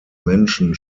menschen